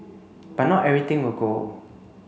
but not everything will go